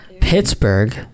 Pittsburgh